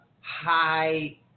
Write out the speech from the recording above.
high